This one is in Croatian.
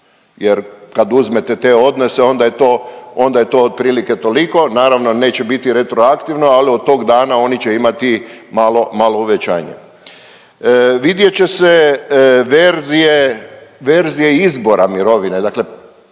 jer kad uzmete te odnose, onda je to otprilike toliko, naravno, neće biti retroaktivno, ali od tog dana oni će imati malo, malo uvećanje. Vidjet će se verzije izbora mirovine, dakle